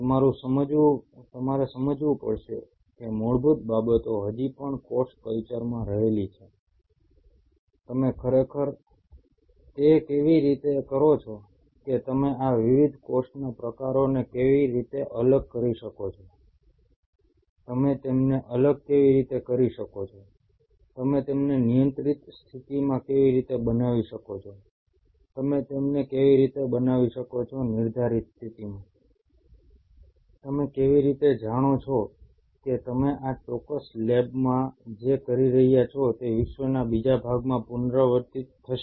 તમારે સમજવું પડશે કે મૂળભૂત બાબતો હજી પણ કોષ કલ્ચરમાં રહેલી છે તમે ખરેખર તે કેવી રીતે કરો છો કે તમે આ વિવિધ કોષના પ્રકારોને કેવી રીતે અલગ કરી શકો છો તમે તેમને અલગ કેવી રીતે કરી શકો છો તમે તેમને નિયંત્રણ સ્થિતિમાં કેવી રીતે બનાવી શકો છો તમે તેમને કેવી રીતે બનાવી શકો છો નિર્ધારિત સ્થિતિમાં તમે કેવી રીતે જાણો છો કે તમે આ ચોક્કસ લેબમાં જે કરી રહ્યા છો તે વિશ્વના બીજા ભાગમાં પુનરાવર્તિત થશે